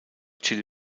chili